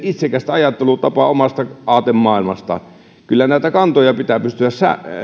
itsekästä ajattelutapaa omasta aatemaailmastaan kyllä näitä kantoja pitää pystyä